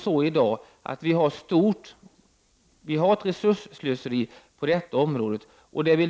Vi kan ju konstatera att det i dag finns ett resursslöseri på detta område.